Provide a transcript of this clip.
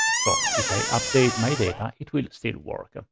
so if i update my data, it will still work. ah